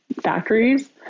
factories